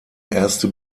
erste